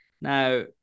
Now